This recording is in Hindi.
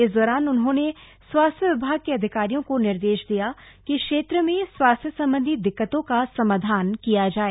इस दौरान उन्होंने स्वास्थ्य विभाग के अधिकारियों को निर्देश दिया कि क्षेत्र में स्वास्थ्य संबंधी दिक्कतों का समाधान किया जाय